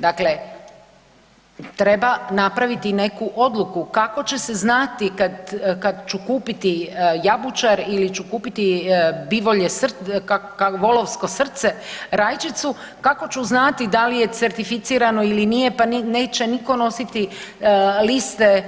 Dakle treba napraviti i neku odluku kako će se znati kad ću kupiti jabučar ili ću kupiti bivolje srce, volovsko srce, rajčicu, kako ću znati da li je certificirano ili nije, pa neće nitko nositi liste